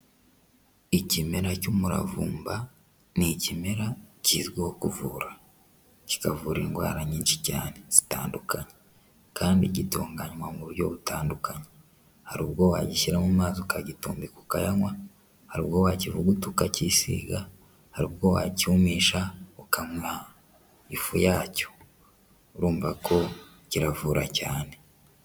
ikimera cy'umuravumba n'ikimera kizwiho kuvura, kikavura indwara nyinshi cyane zitandukanye kandi gitunganywa mu buryo butandukanye, hari ubwo wagishyira mu mazi ukagitumbi ukayanywa, hari ubwo wakivuguta ukacyisiga, hari ubwo wacyumisha ukamwaha ifu yacyo urumva ko kiravura cyane.